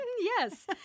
Yes